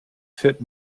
fit